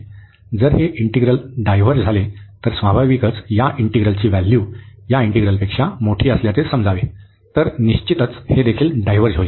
जर हे integral diverge झाले तर स्वाभाविकच या इंटिग्रलची व्हॅल्यू या इंटिग्रलपेक्षा मोठे असल्याचे समजावे तर निश्चितच हे देखील डायव्हर्ज होईल